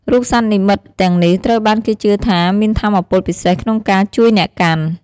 រូបសត្វនិមិត្តទាំងនេះ ត្រូវបានគេជឿថាមានថាមពលពិសេសក្នុងការជួយអ្នកកាន់។